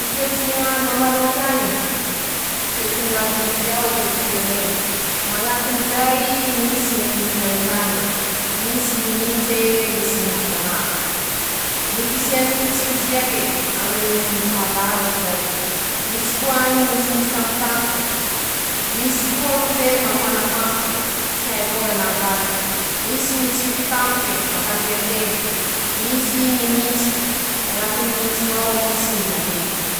ñy toesty ny ñ'andro a Marôky añy: Toetsy ny ñ'andro ndrozy ao mediterané, añatin'izay, misy ñy haintany, misy ñy nintse e, misy ñy hafanà, ñy fisiany ñy tsiodriake aminy ñy fahavaratsy zay, misy koa ñy nintsinintsy tampotampoke, misy koa roze mafana tampoke, tsy hay avao ñanav'azy, misy ñy tsioky tampoke bak'andriak'eñy, misy ñy nintsy, añatiny nints'io ao misy ñy lanezy.